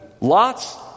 Lots